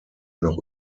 noch